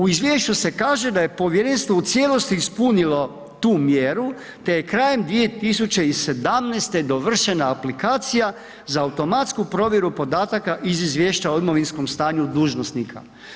U izvješću se kaže da je povjerenstvo u cijelosti ispunilo tu mjeru, te je krajem 2017. dovršena aplikacija za automatsku provjeru podataka iz izvješća o imovinskom stanju dužnosnika.